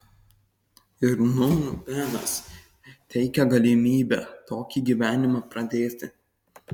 ir nūn benas teikia galimybę tokį gyvenimą pradėti